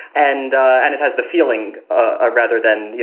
and and it has the feeling ah rather than, you